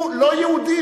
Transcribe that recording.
הוא לא יהודי,